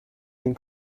den